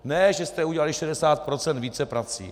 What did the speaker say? Ne že jste udělali 60 % víceprací.